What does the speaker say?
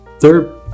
Third